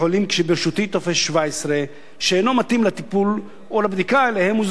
כשברשותי טופס 17 שאינו מתאים לטיפול או לבדיקה שאליהם הוזמנתי,